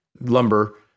lumber